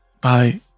Bye